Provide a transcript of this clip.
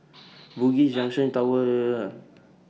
Bugis Junction Tower